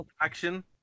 action